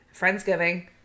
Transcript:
Friendsgiving